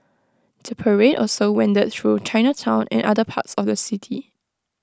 the parade also wended through Chinatown and other parts of the city